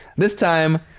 this time,